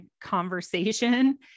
conversation